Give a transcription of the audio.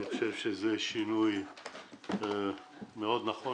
אני חושב שזה שינוי נכון מאוד.